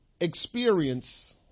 experience